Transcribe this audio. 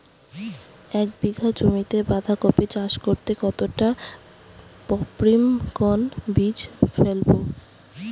এক বিঘা জমিতে বাধাকপি চাষ করতে কতটা পপ্রীমকন বীজ ফেলবো?